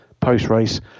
post-race